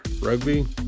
Rugby